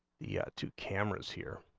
yet two cameras here